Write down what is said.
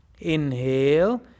Inhale